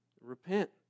Repent